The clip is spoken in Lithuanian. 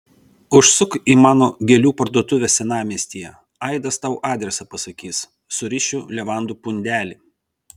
užsuk į mano gėlių parduotuvę senamiestyje aidas tau adresą pasakys surišiu levandų pundelį